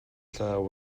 llaw